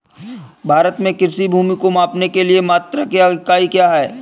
भारत में कृषि भूमि को मापने के लिए मात्रक या इकाई क्या है?